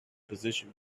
position